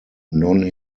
non